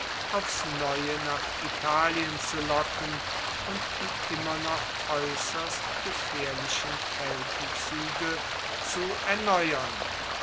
aufs neue nach italien zu locken und die immer noch aeusserst gefaehrlichen keltenzuege zu erneuern